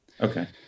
Okay